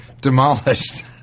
demolished